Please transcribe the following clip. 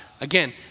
Again